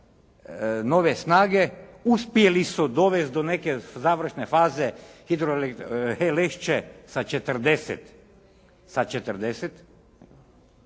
nove snage uspjeli su dovesti do neke završne faze …/Govornik se ne